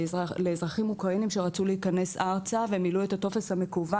לאזרחים אוקראינים שרצו להכנס ארצה ומילאו את הטופס המקוון,